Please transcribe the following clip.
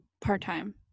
part-time